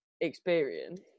experience